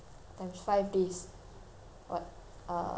what uh three hundred